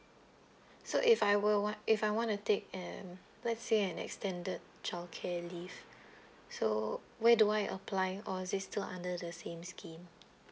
so if I will what if I want to take um let's say an extended childcare leave so where do I apply or is it still under the same scheme